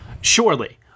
Surely